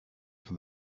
for